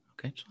Okay